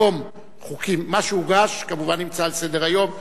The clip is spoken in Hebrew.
מה שהוגש כמובן נמצא על סדר-היום,